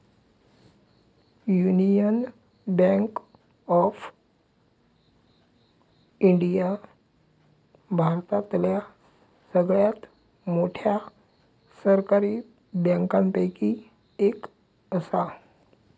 union bank of India भारतातल्या सगळ्यात मोठ्या सरकारी बँकांपैकी एक असा